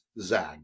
zag